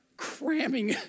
cramming